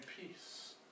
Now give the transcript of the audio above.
peace